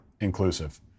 inclusive